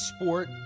sport